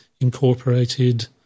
incorporated